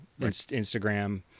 Instagram